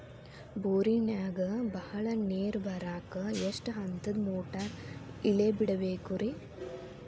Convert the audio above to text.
ಬೋರಿನಾಗ ಬಹಳ ನೇರು ಬರಾಕ ಎಷ್ಟು ಹಂತದ ಮೋಟಾರ್ ಇಳೆ ಬಿಡಬೇಕು ರಿ?